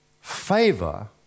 Favor